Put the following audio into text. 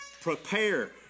Prepare